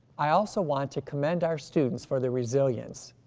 i also want to commend our students for their resilience.